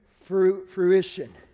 Fruition